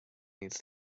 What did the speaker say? needs